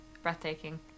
breathtaking